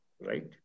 right